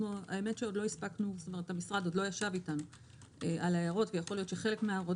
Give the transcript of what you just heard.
האמת היא שהמשרד עוד לא ישב איתנו על ההערות ויכול להיות שחלק מההערות